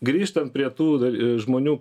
grįžtant prie tų da žmonių